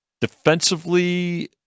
defensively